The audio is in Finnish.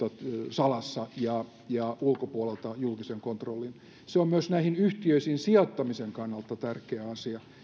salassa ja ja ulkopuolelta julkisen kontrollin se on myös näihin yhtiöihin sijoittamisen kannalta tärkeä asia